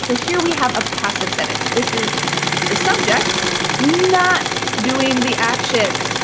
so here we have a passive sentence. this is the subject not doing the action.